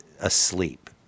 asleep